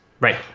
Right